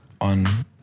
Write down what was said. on